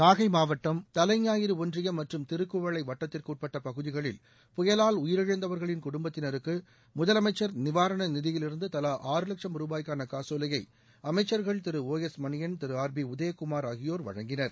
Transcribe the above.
நாகை மாவட்டம் தலைஞாயிறு ஒன்றியம் மற்றும் திருக்குவளை வட்டத்திற்கு உட்பட்ட பகுதிகளில் புயலால் உயிரிழந்தவர்களின் குடும்பத்தினருக்கு முதலமைச்சர் நிவாரண நிதியிலிருந்து தலா ஆறு லட்சம் ரூபாய்க்கான காசோலையை அமைச்சர்கள் Thiru O S Manian Thiru R B Udhayakumar ஆகியோர் வழங்கினர்